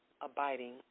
abiding